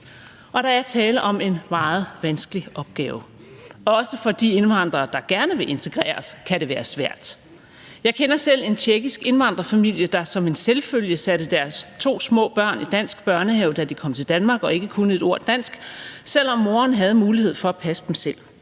Der er tale om en meget vanskelig opgave, og også for de indvandrere, der gerne vil integreres, kan det være svært. Jeg kender selv en tjekkisk indvandrerfamilie, der som en selvfølge satte deres to små børn i dansk børnehave, da de kom til Danmark og ikke kunne et ord dansk, selv om moren havde mulighed for at passe dem selv.